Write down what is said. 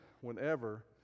whenever